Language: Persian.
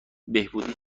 بهبودی